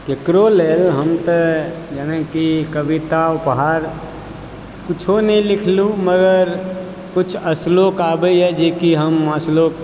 केकरो लेल हम तऽ जेनाकि कविता उपहार कुछो नहि लिखलौ मगर किछु अस्लोक आबैए जेकि हम अस्लोक